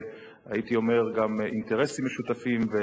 והייתי אומר שגם אינטרסים משותפים.